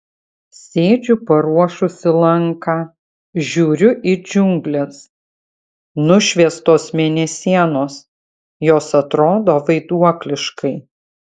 sėdžiu paruošusi lanką žiūriu į džiungles nušviestos mėnesienos jos atrodo vaiduokliškai